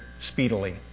speedily